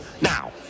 Now